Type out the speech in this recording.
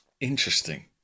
Interesting